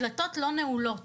הדלתות לא נעולות